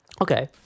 Okay